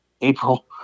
April